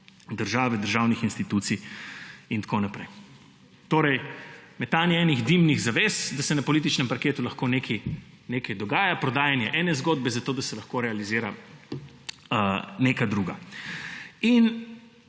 države, državnih institucij in tako naprej. Gre za metanje enih dimnih zaves, da se na političnem parketu lahko nekaj dogaja, prodajanje ene zgodbe, da se lahko realizira neka druga.